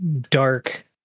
dark